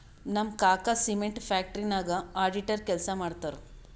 ನಮ್ ಕಾಕಾ cement factory ನಾಗ್ ಅಡಿಟರ್ ಕೆಲ್ಸಾ ಮಾಡ್ತಾರ್